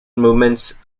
monuments